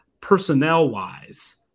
personnel-wise